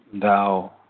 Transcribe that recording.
Thou